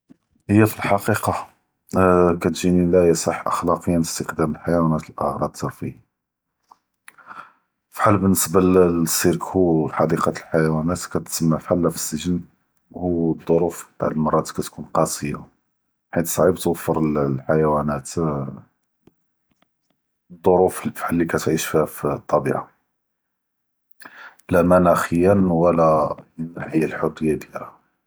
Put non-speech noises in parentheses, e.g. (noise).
היא פאלחקיקה (hesitation) כאתג’יני לא יסח’ אלח’לוקיא אסתע’מל אלח’יואןין לאגרاض תרפיה, בחאל באלניסבה לסירק וחדיקה דיאל אלח’יואןין כאתסמא בחאל להווסג’ן ואלצ’ורוף האדא אלמראת כאתכון קאסיה חית סכ’יב יוופר לאלח’יואנין אלצ’ורוף בחאל אללי כאתעיש פאלטביה לא מנח’יה וולה מן נאהיה אלחריה דיאלהא.